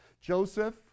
Joseph